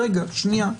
רגע, שנייה.